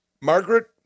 Margaret